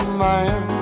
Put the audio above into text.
man